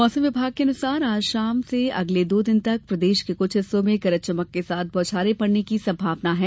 मौसम विभाग के अनुसार आज शाम से अगले दो दिन तक प्रदेश के कुछ हिस्सों में गरज चमक के साथ बौछारें पड़ने की संभावना है